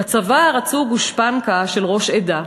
בצבא רצו גושפנקה של ראש עדה,